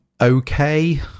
Okay